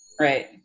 right